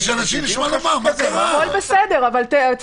אני מתכוון לתת לך רשות דיבור.